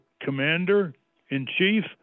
commander-in-chief